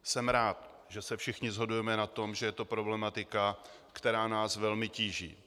Jsem rád, že se všichni shodujeme na tom, že je to problematika, která nás velmi tíží.